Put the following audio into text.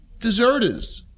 deserters